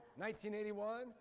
1981